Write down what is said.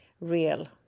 real